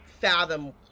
fathom